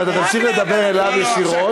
אם אתה תפסיק לדבר אליו ישירות,